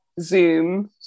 Zoom